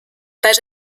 page